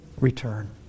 return